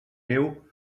neu